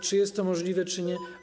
Czy jest to możliwe, czy nie?